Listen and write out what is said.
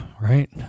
right